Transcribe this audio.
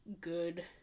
good